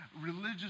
religious